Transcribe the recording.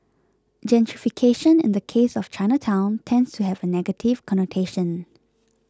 gentrification in the case of Chinatown tends to have a negative connotation